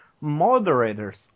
moderators